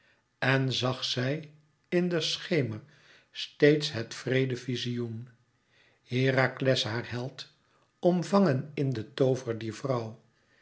en zag zij in den schemer steeds het wreede vizioen herakles haar held omvangen in den toover dier vrouw